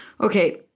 Okay